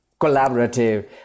collaborative